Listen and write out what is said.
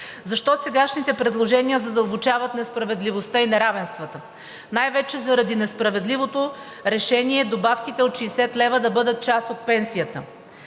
Защо сегашните предложения задълбочават несправедливостта и неравенствата? Най-вече заради несправедливото решение добавките от 60 лв. да бъдат част от пенсията.